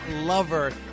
lover